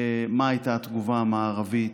מה הייתה התגובה המערבית,